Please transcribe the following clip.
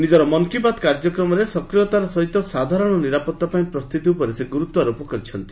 ନିଜର ମନ୍କି ବାତ୍ କାର୍ଯ୍ୟକ୍ରମରେ ସକ୍ରିୟତାର ସହିତ ସାଧାରଣ ନିରାପତ୍ତା ପାଇଁ ପ୍ରସ୍ତୁତି ଉପରେ ସେ ଗୁରୁତ୍ୱାରୋପ କରିଛନ୍ତି